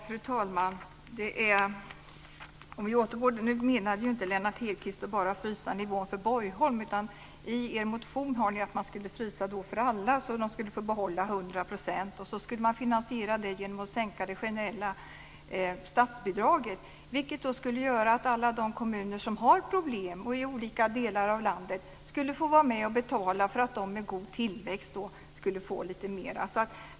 Fru talman! Lennart Hedquist menade inte att man skulle frysa nivån bara för Borgholm. I er motion står det att man skulle frysa den för alla, så att de skulle få behålla 100 %. Detta skulle man finansiera genom att sänka det generella statsbidraget, vilket skulle göra att alla de kommuner som har problem i olika delar av landet skulle få vara med och betala för att kommunerna med god tillväxt skulle få lite mer.